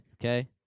Okay